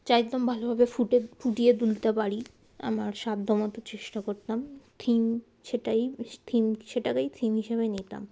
চাই একদম ভালোভাবে ফুটে ফুটিয়ে তুলতে পারি আমার সাধ্যমতো চেষ্টা করতাম থিম সেটাই থিম সেটাকেই থিম হিসেবে নিতাম